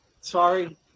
Sorry